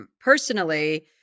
personally